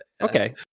Okay